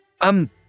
Um